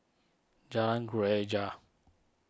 Jalan Greja